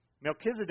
Melchizedek